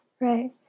Right